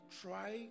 try